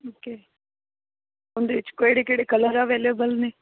okay ਉਹਦੇ ਵਿੱਚ ਕਿਹੜੇ ਕਿਹੜੇ ਕਲਰ ਅਵੇਲੇਬਲ ਨੇ